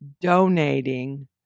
donating